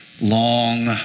long